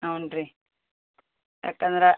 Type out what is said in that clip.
ಹೌನ್ ರೀ ಯಾಕೆಂದ್ರೆ